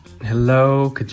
hello